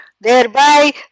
thereby